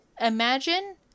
imagine